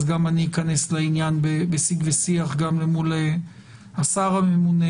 גם אני אכנס לעניין בשיג ושיח גם מול השר הממונה